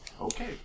Okay